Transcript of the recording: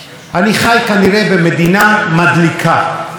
והבעיה העיקרית היא כנראה של ראש הממשלה,